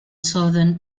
southern